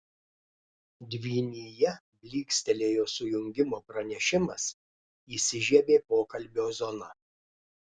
dvynyje blykstelėjo sujungimo pranešimas įsižiebė pokalbio zona